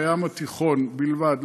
בים התיכון בלבד,